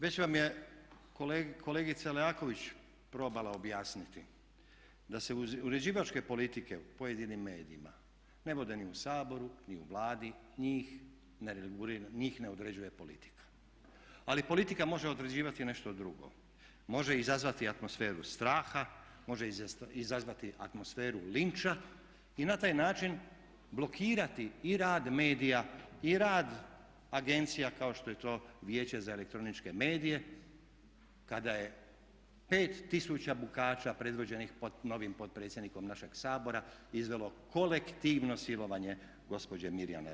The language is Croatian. Već vam je kolegica Leaković probala objasniti da se iz uređivačke politike u pojedinim medijima ne vode ni u Saboru, ni u Vladi, njih ne regulira, njih ne određuje politika, ali politika može određivati nešto drugo, može izazvati atmosferu straha, može izazvati atmosferu linča i na taj način blokirati i rad medija i rad agencija kao što je to Vijeće za elektroničke medije kada je 5 tisuća bukača predvođenih novim potpredsjednikom našeg Sabora izvelo kolektivno silovanje gospođe Mirjane Rakić.